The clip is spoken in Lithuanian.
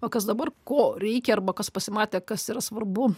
o kas dabar ko reikia arba kas pasimatė kas yra svarbu